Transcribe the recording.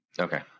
Okay